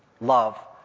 love